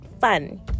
fun